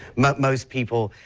most most people